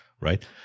right